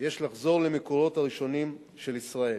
יש לחזור למקורות הראשונים של ישראל.